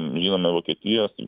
žinome vokietijos